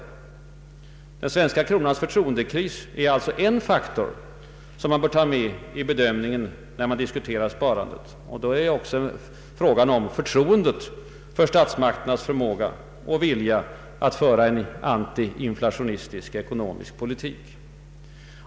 Den svenska kronans förtroendekris är alltså en faktor som bör tas med i bedömningen när man diskuterar sparandet liksom också frågan om förtroendet för statsmakternas förmåga och vilja att föra en antiinflationistisk ekonomisk politik.